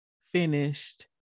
finished